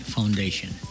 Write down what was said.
Foundation